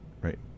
right